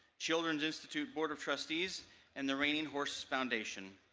children's institute board of trustees and the reining horse foundation.